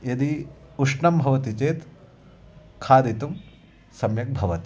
यदि उष्णं भवति चेत् खादितुं सम्यक् भवति